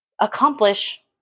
accomplish